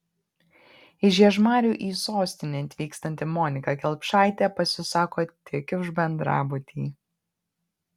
iš žiežmarių į sostinę atvykstanti monika kelpšaitė pasisako tik už bendrabutį